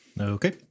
Okay